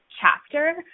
chapter